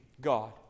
God